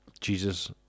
jesus